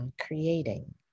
creating